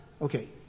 okay